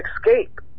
escape